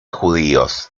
judíos